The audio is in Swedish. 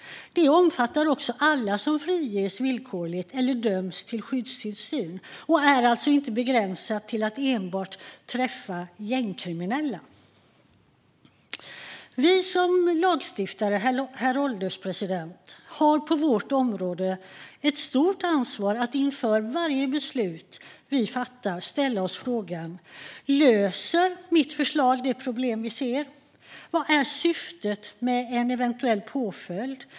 Det omfattar också alla som friges villkorligt eller döms till skyddstillsyn och är alltså inte begränsat till att enbart träffa gängkriminella. Vi som lagstiftare på vårt område, herr ålderspresident, har ett stort ansvar att inför varje beslut vi fattar fråga oss: Löser mitt förslag det problem vi ser? Vad är syftet med en eventuell påföljd?